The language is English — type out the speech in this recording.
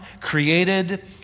created